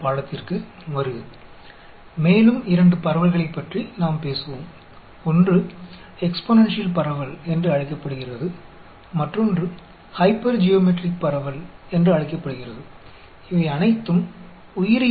हम दो और डिस्ट्रीब्यूशन के बारे में बात करेंगे एक को एक्सपोनेंशियल डिस्ट्रीब्यूशन कहा जाता है दूसरे को हाइपरजोमेट्रिक डिस्ट्रीब्यूशन कहा जाता है